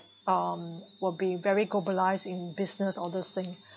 um will be very globalize in business all those thing